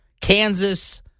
Kansas